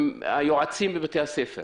היועצים בבתי הספר